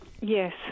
Yes